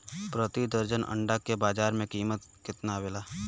प्रति दर्जन अंडा के बाजार मे कितना कीमत आवेला?